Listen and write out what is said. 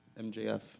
MJF